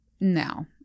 No